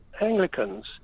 Anglicans